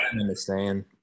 understand